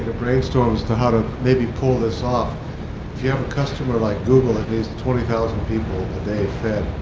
brainstorm as to how to maybe pull this off. if you have a customer like google that needs twenty thousand people a day fed,